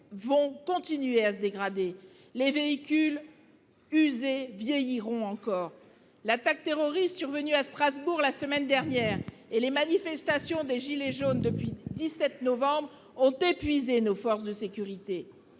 vont continuer à se dégrader. Les véhicules, usés, vieilliront encore. L'attaque terroriste survenue à Strasbourg la semaine dernière et les manifestations des « gilets jaunes » depuis le 17 novembre ont épuisé nos forces de sécurité.